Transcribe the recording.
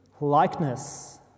likeness